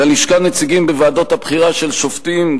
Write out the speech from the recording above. ללשכה נציגים בוועדות הבחירה של שופטים,